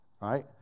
right